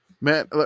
Man